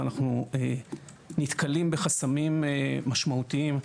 אלא שאנחנו נתקלים בחסמים משמעותיים.